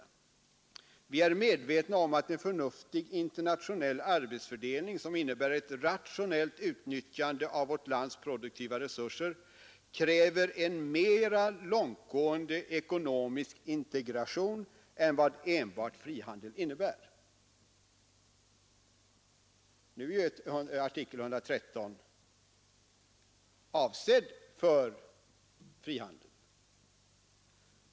Han framhöll att vi är medvetna om att en förnuftig arbetsfördelning, som innebär ett rationellt utnyttjande av vårt lands produktiva resurser, kräver en mera långtgående ekonomisk integration än vad enbart frihandel innebär. Nu är ju artikel 113 avsedd för frihandel.